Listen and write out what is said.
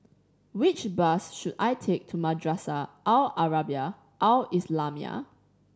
which bus should I take to Madrasah Al Arabiah Al Islamiah